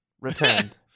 Returned